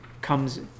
comes